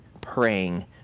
praying